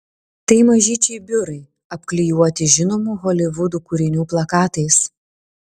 tai mažyčiai biurai apklijuoti žinomų holivudo kūrinių plakatais